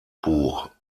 buch